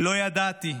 לא ידעתי.